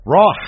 Raw